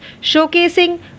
showcasing